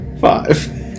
Five